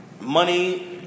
Money